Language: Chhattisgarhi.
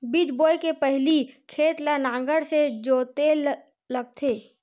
बीज बोय के पहिली खेत ल नांगर से जोतेल लगथे?